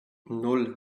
nan